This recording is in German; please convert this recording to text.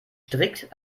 strikt